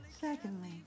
Secondly